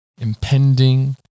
impending